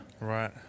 Right